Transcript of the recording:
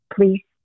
please